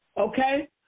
Okay